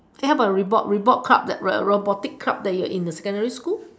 how about robot robot club that ro~ robotic club that you were in your secondary school